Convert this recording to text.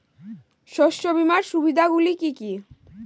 শস্য বীমার সুবিধা গুলি কি কি?